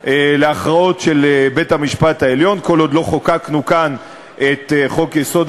להכרעות של בית-המשפט העליון כל עוד לא חוקקנו כאן את חוק-יסוד: